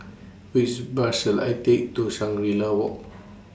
Which Bus should I Take to Shangri La Walk